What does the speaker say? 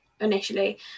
initially